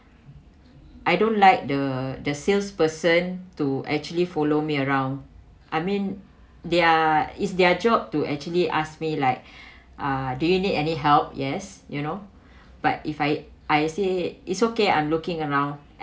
I don't like the the salesperson to actually follow me around I mean their is their job to actually ask me like uh do you need any help yes you know but if I I say it's okay I'm looking around